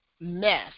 mess